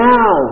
Now